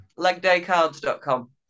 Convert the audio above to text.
legdaycards.com